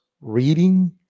Reading